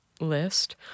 list